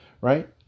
right